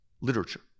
literature